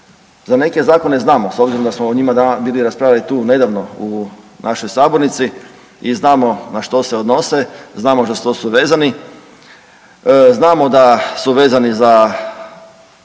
Za neke zakone znamo s obzirom da smo o njima bili raspravljali tu nedavno u našoj sabornici i znamo na što se odnose, znamo za što su vezani, znamo da su vezani za